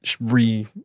re